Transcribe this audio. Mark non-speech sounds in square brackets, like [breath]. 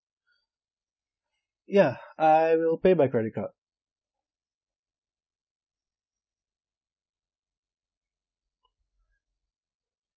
[breath] ya [breath] I will pay by credit card